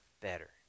better